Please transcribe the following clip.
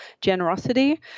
generosity